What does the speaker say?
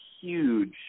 huge